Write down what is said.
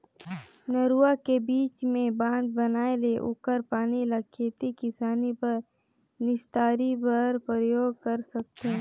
नरूवा के बीच मे बांध बनाये ले ओखर पानी ल खेती किसानी बर अउ निस्तारी बर परयोग कर सकथें